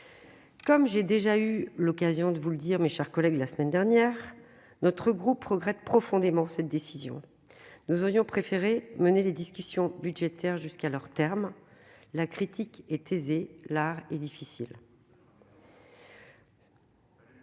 Comme j'ai déjà eu l'occasion de le dire la semaine dernière, notre groupe regrette profondément cette décision. Nous aurions préféré mener les discussions budgétaires jusqu'à leur terme. La critique est aisée, l'art est difficile.